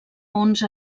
onze